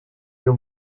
your